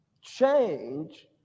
Change